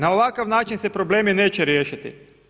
Na ovakav način se problemi neće riješiti.